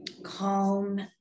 calm